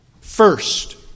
first